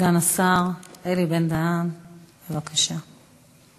סגן השר אלי בן-דהן, בבקשה.